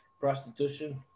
prostitution